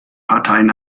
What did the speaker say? parteien